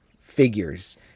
figures